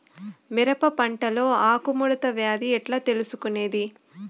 మిరప పంటలో ఆకు ముడత వ్యాధి ఎట్లా తెలుసుకొనేది?